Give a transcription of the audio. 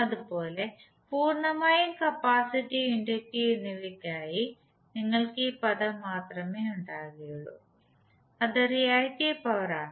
അതുപോലെ പൂർണ്ണമായും capacitive inductive എന്നിവയ്ക്കായി നിങ്ങൾക്ക് ഈ പദം മാത്രമേ ഉണ്ടാകൂ അത് റിയാക്ടീവ് പവർ ആണ്